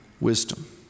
wisdom